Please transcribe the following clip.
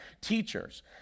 teachers